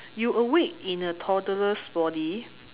you awake in a toddler's body